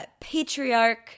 patriarch